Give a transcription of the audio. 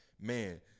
man